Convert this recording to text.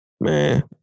man